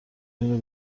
اینو